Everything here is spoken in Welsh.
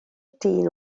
dyn